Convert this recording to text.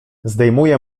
zdejmuje